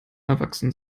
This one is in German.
erwachsen